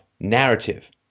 Narrative